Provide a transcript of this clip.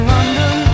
London